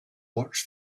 watched